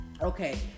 Okay